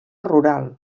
rural